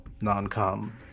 non-com